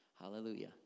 Hallelujah